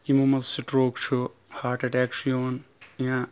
یِمو منٛز سٹروک چھُ ہاٹ ایٹیک چھُ یِوان یا